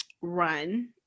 run